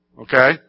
Okay